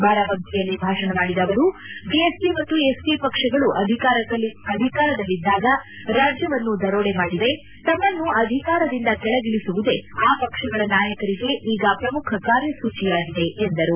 ಬಾರಾಬಂಕಿಯಲ್ಲಿ ಭಾಷಣ ಮಾಡಿದ ಅವರು ಬಿಎಸ್ಸಿ ಮತ್ತು ಎಸ್ಪಿ ಪಕ್ಷಗಳು ಅಧಿಕಾರದಲ್ಲಿದ್ದಾಗ ರಾಜ್ಯವನ್ನು ದರೋಡೆ ಮಾಡಿವೆ ತಮ್ಮನ್ನು ಅಧಿಕಾರದಿಂದ ಕೆಳಗಿಳಿಸುವುದೇ ಆ ಪಕ್ಷಗಳ ನಾಯಕರಿಗೆ ಈಗ ಪ್ರಮುಖ ಕಾರ್ಯಸೂಚಿಯಾಗಿದೆ ಎಂದರು